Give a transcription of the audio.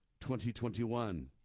2021